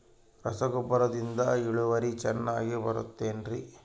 ರಸಗೊಬ್ಬರದಿಂದ ಇಳುವರಿ ಚೆನ್ನಾಗಿ ಬರುತ್ತೆ ಏನ್ರಿ?